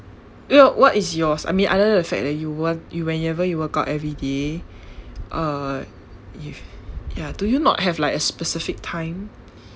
yo~ what is yours I mean other than the fact that you won't you whenever you work out every day uh if ya do you not have like a specific time